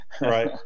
Right